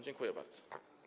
Dziękuję bardzo.